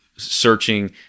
Searching